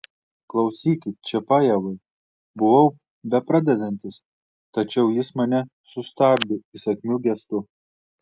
klausykit čiapajevai buvau bepradedantis tačiau jis mane sustabdė įsakmiu gestu